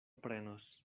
prenos